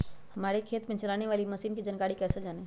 हमारे खेत में चलाने वाली मशीन की जानकारी कैसे जाने?